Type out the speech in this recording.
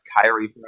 Kyrie